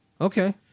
Okay